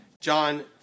John